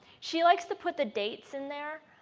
she likes to put the dates in there,